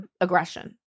aggression